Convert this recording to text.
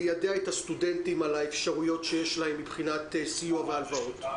ליידע את הסטודנטים על האפשרויות שיש להם מבחינת סיוע והלוואות.